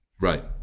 right